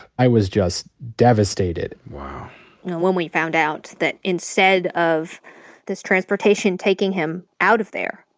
i was just devastated. wow. and when we found out that instead of this transportation taking him out of there,